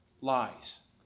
lies